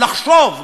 לחשוב,